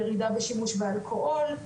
ירידה בשימוש באלכוהול,